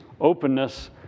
openness